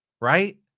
right